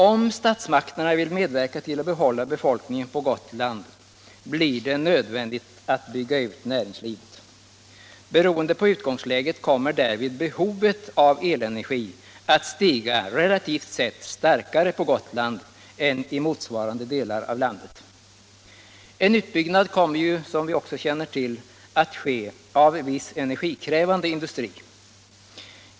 Om statsmakterna vill medverka till att behålla befolkningen på Gotland, så blir det nödvändigt att bygga ut näringslivet. Beroende på utgångsläget kommer därvid behovet av elenergi att stiga relativt sett starkare på Gotland än i motsvarande delar av landet. Som alla vet kommer också en utbyggnad att ske av viss energikrävande industri.